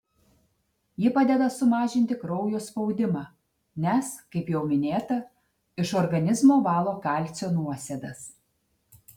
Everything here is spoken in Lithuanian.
ji padeda sumažinti kraujo spaudimą nes kaip jau minėta iš organizmo valo kalcio nuosėdas